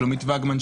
שלומית וגמן,